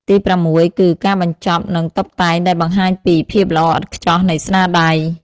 ទីប្រាំមួយគឺ ការបញ្ចប់ និងតុបតែងដែលបង្ហាញពី ភាពល្អឥតខ្ចោះនៃស្នាដៃ។